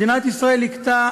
מדינת ישראל הכתה